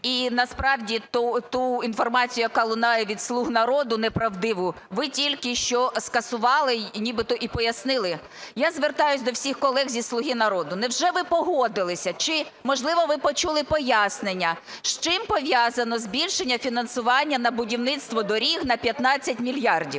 І насправді ту інформацію, яка лунає від "слуг народу" неправдиву, ви тільки що скасували і нібито і пояснили. Я звертаюсь до всіх колег зі "Слуга народу", невже ви погодились, чи, можливо, ви почули пояснення, з чим пов'язано збільшення фінансування на будівництво доріг на 15 мільярдів?